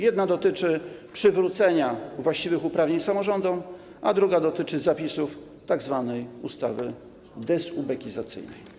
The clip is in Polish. Jedna dotyczy przywrócenia właściwych uprawnień samorządom, a druga - zapisów tzw. ustawy dezubekizacyjnej.